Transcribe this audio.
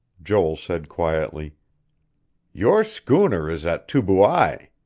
joel said quietly your schooner is at tubuai.